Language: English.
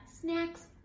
snacks